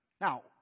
Now